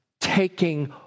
taking